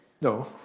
No